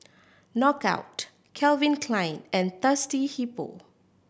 Knockout Calvin Klein and Thirsty Hippo